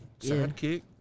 sidekick